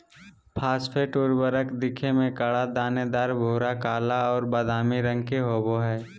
phosphate उर्वरक दिखे में कड़ा, दानेदार, भूरा, काला और बादामी रंग के होबा हइ